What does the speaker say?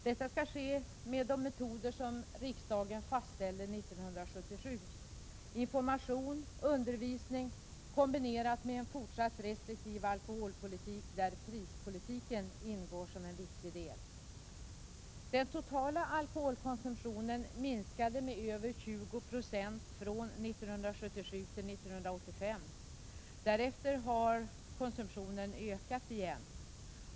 Detta skall ske med de metoder som riksdagen fastställde 1977: information och undervisning, kombinerat med en fortsatt restriktiv alkoholpolitik, där prispolitiken ingår såsom en viktig del. Den totala alkholkonsumtionen minskade med över 20 96 från 1977 till 1985. Därefter har konsumtionen ökat igen.